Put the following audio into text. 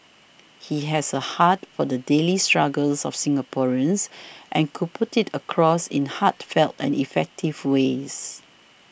he has a heart for the daily struggles of Singaporeans and could put it across in heartfelt and effective ways